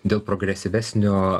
dėl progresyvesnio